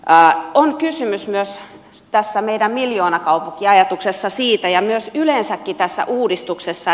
pää on kysymys myös tässä meidän miljoonakaupunkiajatuksessa siitä ja myös yleensäkin tässä uudistuksessa